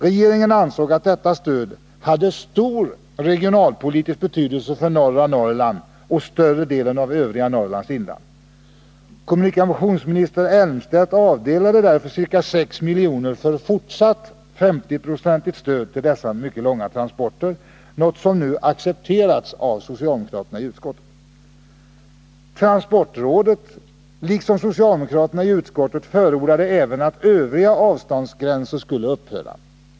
Regeringen ansåg att detta stöd hade stor regionalpolitisk betydelse för norra Norrland och för större delen av övriga Norrlands inland. Kommunikationsminister Elmstedt avdelade därför ca 6 miljoner för fortsatt 50-procentigt stöd till dessa mycket långa transporter, något som nu accepterats av socialdemokraterna i utskottet. Transportrådet liksom socialdemokraterna i utskottet förordade även att övriga avståndsgränser skulle upphöra.